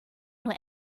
nur